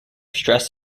stress